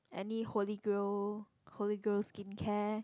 any Holy Grail Holy Grail skincare